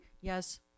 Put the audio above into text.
Yes